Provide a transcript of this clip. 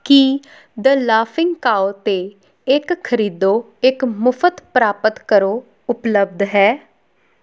Ki the laughing cow 'ਤੇ ਇੱਕ ਖਰੀਦੋ ਇੱਕ ਮੁਫਤ ਪ੍ਰਾਪਤ ਕਰੋ ਉਪਲਬਧ ਹੈ